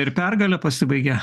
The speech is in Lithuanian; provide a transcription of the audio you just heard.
ir pergale pasibaigia